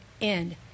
end